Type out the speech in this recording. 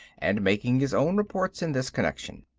and making his own reports in this connection.